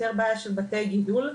יותר בעיה של בתי גידול.